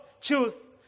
choose